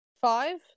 five